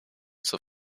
zur